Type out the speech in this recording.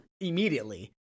immediately